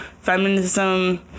feminism